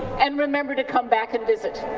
and remember to come back and visit.